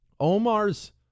Omar's